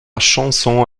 chanson